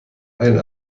ein